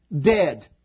dead